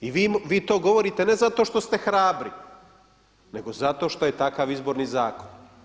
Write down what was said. I vi to govorite ne zato što ste hrabri, nego zato što je takav Izborni zakon.